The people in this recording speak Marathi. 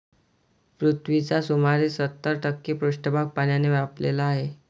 पृथ्वीचा सुमारे सत्तर टक्के पृष्ठभाग पाण्याने व्यापलेला आहे